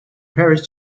parish